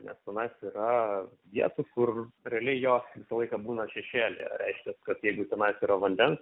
nes tenais yra vietų kur realiai jo visą laiką būna šešėlyje reiškias kad jeigu tenais yra vandens